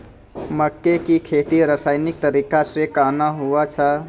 मक्के की खेती रसायनिक तरीका से कहना हुआ छ?